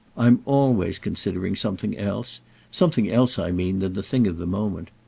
i'm always considering something else something else, i mean, than the thing of the moment.